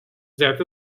that